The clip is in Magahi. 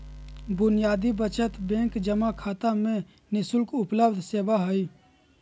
बुनियादी बचत बैंक जमा खाता में नि शुल्क उपलब्ध सेवा हइ